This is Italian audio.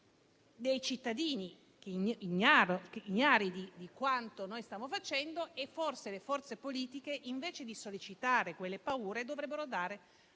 dei cittadini ignari di quanto noi stiamo facendo. Forse le forze politiche, invece di sollecitare quelle paure, dovrebbero dare risposte